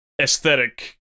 aesthetic